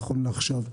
נכון לעכשיו,